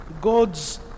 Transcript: God's